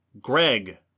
Greg